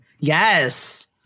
Yes